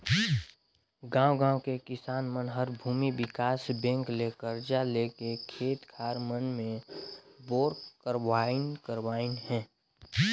गांव गांव के किसान मन हर भूमि विकास बेंक ले करजा लेके खेत खार मन मे बोर करवाइन करवाइन हें